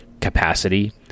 capacity